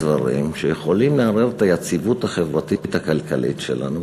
אלה שני הדברים שיכולים לערער את היציבות החברתית הכלכלית שלנו,